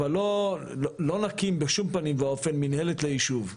אבל לא נקים בשום פנים ואופן מנהלת ליישוב,